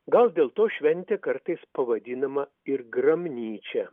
gal dėl to šventė kartais pavadinama ir gramnyčia